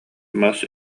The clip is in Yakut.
мас